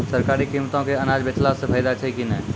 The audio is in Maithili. सरकारी कीमतों मे अनाज बेचला से फायदा छै कि नैय?